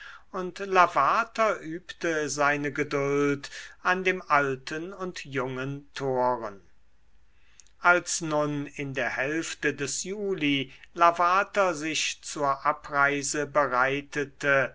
und lavater übte seine geduld an dem alten und jungen toren als nun in der hälfte des juli lavater sich zur abreise bereitete